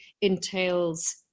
entails